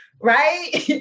right